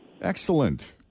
Excellent